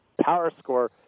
PowerScore